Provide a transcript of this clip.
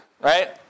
right